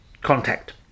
Contact